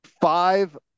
five